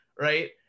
Right